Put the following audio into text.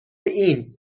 این